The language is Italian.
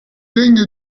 regno